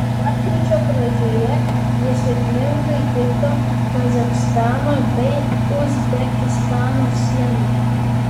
lapkričio pradžioje jie sėkmingai kirto kazachstano bei uzbekistano sieną